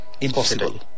impossible